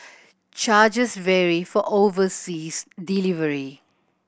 charges vary for overseas delivery